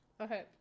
Okay